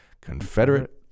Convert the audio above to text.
Confederate